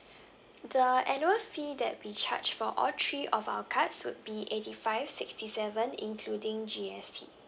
the annual fee that we charge for all three of our cards would be eighty five sixty seven including G_S_T